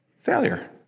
Failure